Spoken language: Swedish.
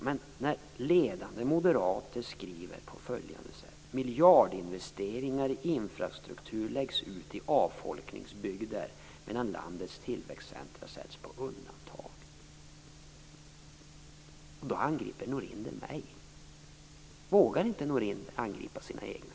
Men samtidigt skriver ledande moderater: Miljardinvesteringar i infrastruktur läggs ut i avfolkningsbygder medan landets tillväxtcentrum sätts på undantag. Och då angriper Norinder mig! Vågar inte Norinder angripa sina egna?